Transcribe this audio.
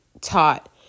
taught